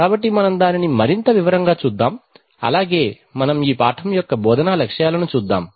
కాబట్టి మనం దానిని మరింత వివరంగా చూద్దాం అలాగే మనం ఈ పాఠం యొక్క బోధనా లక్ష్యాలను చూద్దాం